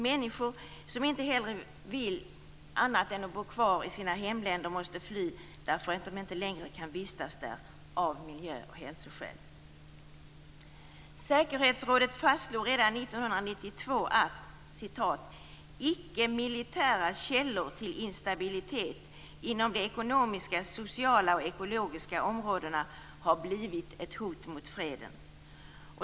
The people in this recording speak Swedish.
Människor som inget hellre vill än att bo kvar i sina hemländer måste fly därför att de inte längre kan vistas där av miljö och hälsoskäl. Säkerhetsrådet fastslog redan 1992 att ickemilitära källor till instabilitet inom de ekonomiska, sociala och ekologiska områdena har blivit ett hot mot freden.